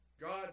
God